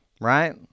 right